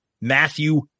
Matthew